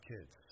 kids